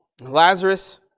Lazarus